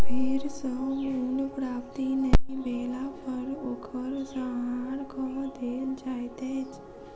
भेड़ सॅ ऊन प्राप्ति नै भेला पर ओकर संहार कअ देल जाइत अछि